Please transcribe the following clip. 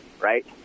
Right